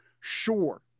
Sure